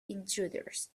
intruders